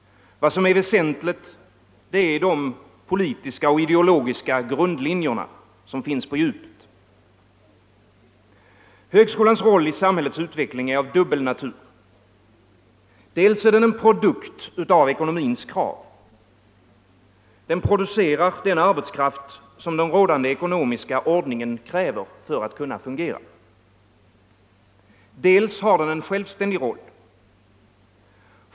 Vad som är väsentligt är de politiska och ideologiska grundlinjer som finns på djupet. Högskolans roll i samhällets utveckling är av dubbel natur. Dels är den en produkt av ekonomins krav — den producerar den arbetskraft som den rådande ekonomiska ordningen kräver för att fungera —, dels har den en självständig roll.